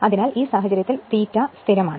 അതിനാൽ ആ സാഹചര്യത്തിൽ ∅ സ്ഥിരമാണ്